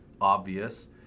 obvious